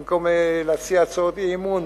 במקום להציע הצעות אי-אמון,